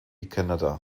canada